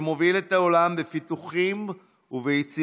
שמוביל את העולם בפיתוחים וביצירתיות,